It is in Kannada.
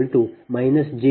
165 p